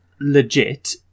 legit